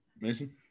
Mason